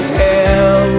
hell